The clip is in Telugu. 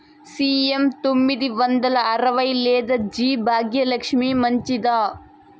సి.ఎం తొమ్మిది వందల అరవై లేదా జి భాగ్యలక్ష్మి మంచిదా?